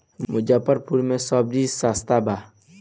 मुजफ्फरपुर में सबजी सस्ता बा